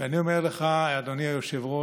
ההסתייגות לא התקבלה.